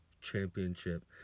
championship